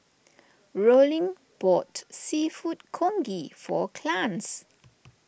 Rollin bought Seafood Congee for Clarnce